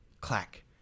clack